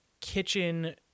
kitchen